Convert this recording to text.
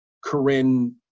corinne